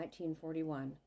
1941